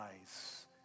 eyes